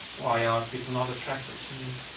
why are people not attracted to me?